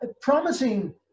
promising